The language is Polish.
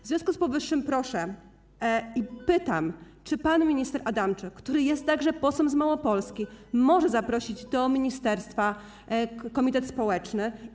W związku z powyższym proszę i pytam: Czy pan minister Adamczyk, który jest także posłem z Małopolski, może zaprosić do ministerstwa komitet społeczny?